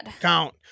count